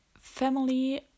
family